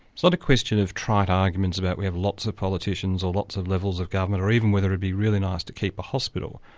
sort of question of trite arguments about we have lots of politicians or lots of levels of government, or even whether it would be really nice to keep a hospital.